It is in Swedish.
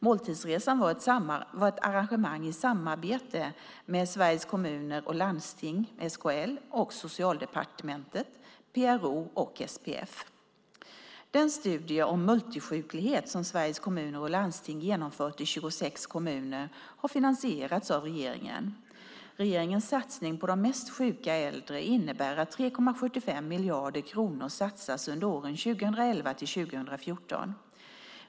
Måltidsresan var ett arrangemang i samarbete med Sveriges Kommuner och Landsting, SKL, och Socialdepartementet, PRO och SPF. Den studie om multisjuklighet som Sveriges Kommuner och Landsting har genomfört i 26 kommuner har finansierats av regeringen. Regeringens satsning på de mest sjuka äldre innebär att 3,75 miljarder kronor satsas under åren 2011-2014.